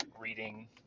reading